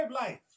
life